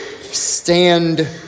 stand